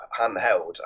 handheld